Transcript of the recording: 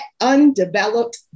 undeveloped